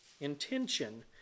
intention